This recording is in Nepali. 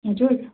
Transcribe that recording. हजुर